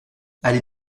allez